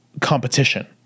competition